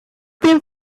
been